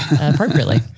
appropriately